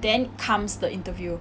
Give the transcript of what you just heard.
then comes the interview